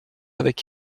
avec